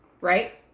Right